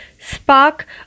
SPARK